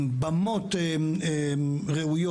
עם במות ראויות,